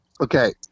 Okay